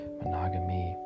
monogamy